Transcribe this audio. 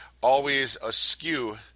always-askew